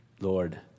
Lord